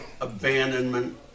abandonment